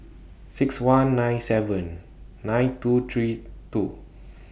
six one nine seven nine two three two